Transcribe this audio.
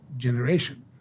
generation